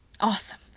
Awesome